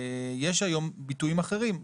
יש היום ביטויים אחרים,